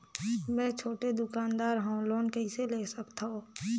मे छोटे दुकानदार हवं लोन कइसे ले सकथव?